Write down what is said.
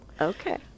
Okay